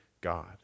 God